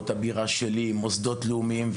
מוסדות לאומיים,